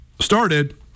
started